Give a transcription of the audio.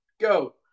go